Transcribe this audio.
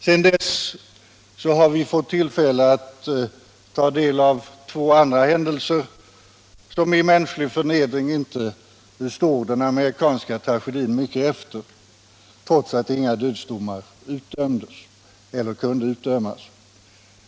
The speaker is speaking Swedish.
Sedan dess har vi fått tillfälle att ta del av två andra händelser, som i mänsklig förnedring inte står den amerikanska tragedin mycket efter, trots att inga dödsstraff utdömdes eller kunde utdömas.